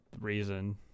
reason